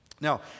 Now